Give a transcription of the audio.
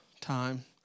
time